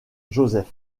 joseph